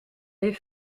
les